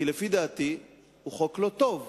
כי לדעתי הוא חוק לא טוב,